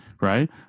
right